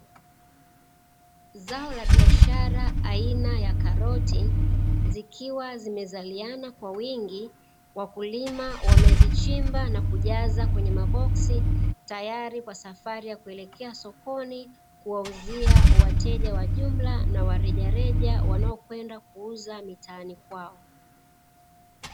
Zao la biashara aina ya karoti, zikiwa zimezaliana kwa wingi, wakulima wamezichimba na kujaza kwenye maboksi, tayari kwa safari ya kuelekea sokoni, kuwauzia wateja wa jumla na wa rejareja, wanaokwenda kuuza mitaani kwao.